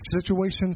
situations